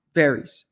varies